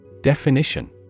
Definition